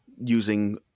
using